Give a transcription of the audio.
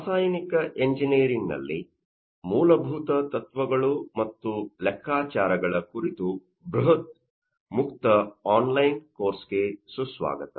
ರಾಸಾಯನಿಕ ಎಂಜಿನಿಯರಿಂಗ್ನಲ್ಲಿ ಮೂಲಭೂತ ತತ್ವಗಳು ಮತ್ತು ಲೆಕ್ಕಾಚಾರಗಳ ಕುರಿತು ಬೃಹತ್ ಮುಕ್ತ ಆನ್ಲೈನ್ ಕೋರ್ಸ್ಗೆ ಸುಸ್ವಾಗತ